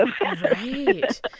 Right